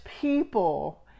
people